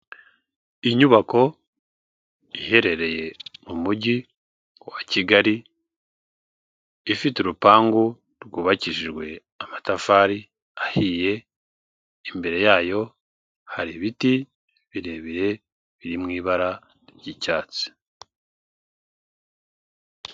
Inyubako iherereye mu mujyi wa Kigali, ifite urupangu rwubakishijwe amatafari ahiye, imbere yayo hari ibiti birebire biri mu ibara ry'icyatsi.